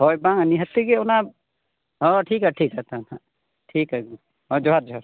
ᱦᱳᱭ ᱵᱟᱝ ᱱᱤᱦᱟᱹᱛᱤ ᱜᱮ ᱚᱱᱟ ᱦᱮᱸ ᱴᱷᱤᱠᱼᱟ ᱴᱷᱤᱠᱼᱟ ᱛᱚᱵᱮ ᱢᱟ ᱦᱟᱜ ᱴᱷᱤᱠᱟ ᱦᱳᱭ ᱡᱚᱦᱟᱨ ᱡᱚᱦᱟᱨ